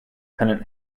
pennant